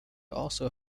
also